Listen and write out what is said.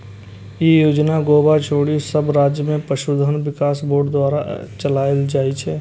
ई योजना गोवा छोड़ि सब राज्य मे पशुधन विकास बोर्ड द्वारा चलाएल जाइ छै